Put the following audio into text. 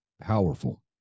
Powerful